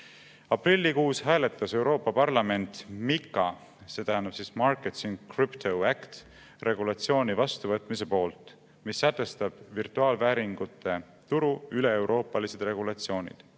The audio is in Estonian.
Aprillikuus hääletas Euroopa Parlament MiCA – see tähendab "Markets in Crypto-Assets" – regulatsiooni vastuvõtmise poolt, mis sätestab virtuaalvääringute turu üleeuroopalised regulatsioonid.